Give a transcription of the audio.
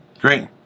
Great